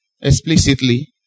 explicitly